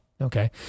Okay